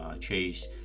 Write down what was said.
Chase